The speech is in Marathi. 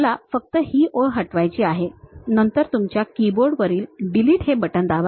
मला फक्त ही ओळ हटवायची आहे नंतर तुमच्या कीबोर्ड वरील Delete हे बटण दाबा